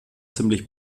ziemlich